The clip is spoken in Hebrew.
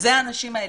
זה האנשים האלה.